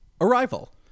arrival